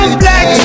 black